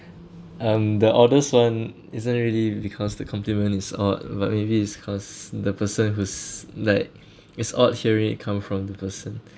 um the oddest one isn't really because the compliment is odd but maybe it's cause the person who's like it's odd hearing it come from the person